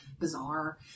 bizarre